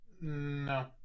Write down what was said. No